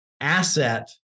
asset